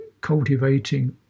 cultivating